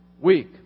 week